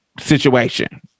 situation